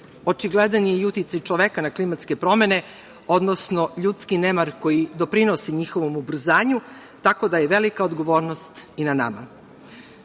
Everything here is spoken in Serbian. očigledan je i uticaj čoveka na klimatske promene, odnosno ljudski nemar koji doprinosi njihovom ubrzanju, tako da je velika odgovornost i na nama. Zato